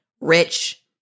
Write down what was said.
rich